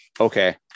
okay